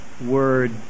word